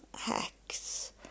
hacks